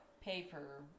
paper